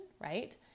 right